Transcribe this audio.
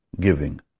Giving